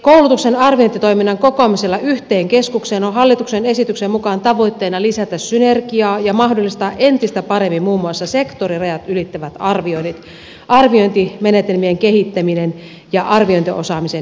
koulutuksen arviointitoiminnan kokoamisella yhteen keskukseen on hallituksen esityksen mukaan tavoitteena lisätä synergiaa ja mahdollistaa entistä paremmin muun muassa sektorirajat ylittävät arvioinnit arviointimenetelmien kehittäminen ja arviointiosaamisen hyödyntäminen